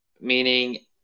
meaning